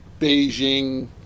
Beijing